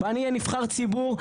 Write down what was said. ואני אהיה נבחר ציבור,